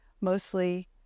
mostly